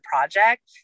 project